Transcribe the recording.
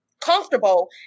comfortable